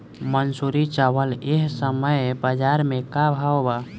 मंसूरी चावल एह समय बजार में का भाव बा?